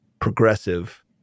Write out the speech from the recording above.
progressive